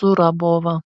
zurabovą